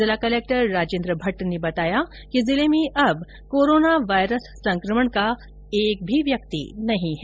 जिला कलेक्टर राजेन्द्र भट्ट ने बताया कि जिले में अब कोरोना वायरस संकमण का एक भी व्यक्ति नहीं है